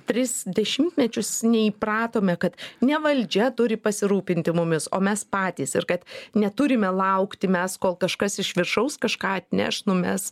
tris dešimtmečius neįpratome kad ne valdžia turi pasirūpinti mumis o mes patys ir kad neturime laukti mes kol kažkas iš viršaus kažką atneš numes